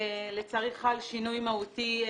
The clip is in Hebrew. לצערי חל שינוי מהותי.